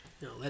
no